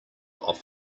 off